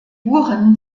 buren